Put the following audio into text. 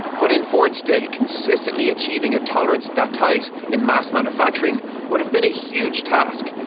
but in ford's day consistently achieving a tolerance that tight in mass manufacturing would have been huge task,